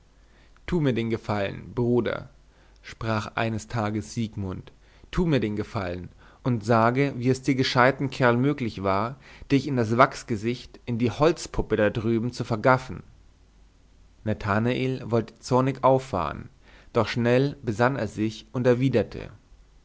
tu mir den gefallen bruder sprach eines tages siegmund tu mir den gefallen und sage wie es dir gescheuten kerl möglich war dich in das wachsgesicht in die holzpuppe da drüben zu vergaffen nathanael wollte zornig auffahren doch schnell besann er sich und erwiderte